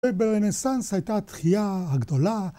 וברנסנס הייתה התחייה הגדולה